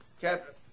Captain